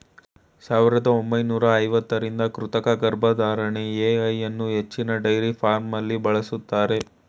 ಸಾವಿರದ ಒಂಬೈನೂರ ಐವತ್ತರಿಂದ ಕೃತಕ ಗರ್ಭಧಾರಣೆ ಎ.ಐ ಅನ್ನೂ ಹೆಚ್ಚಿನ ಡೈರಿ ಫಾರ್ಮ್ಲಿ ಬಳಸ್ತಾರೆ